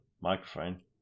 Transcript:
microphone